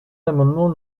l’amendement